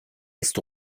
ist